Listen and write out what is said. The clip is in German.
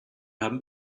haben